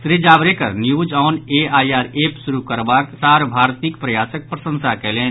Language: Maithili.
Shri Javadekar news on AIR app शुरू करबाक प्रसार भारतीक प्रयासक प्रशंसा कयलनि